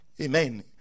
amen